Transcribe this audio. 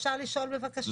אפשר לשאול בבקשה?